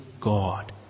God